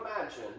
imagine